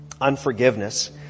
Unforgiveness